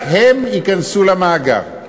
רק הם ייכנסו למאגר.